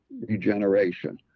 regeneration